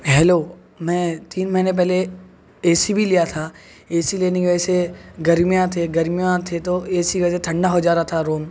hello میں تین مہینے پہلے اے سی بھی لیا تھا اے سی لینے کی وجہ سے گرمیاں تھے گرمیاں تھے تو اے سی کی وجہ سے ٹھنڈہ ہو جا رہا تھا روم